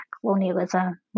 colonialism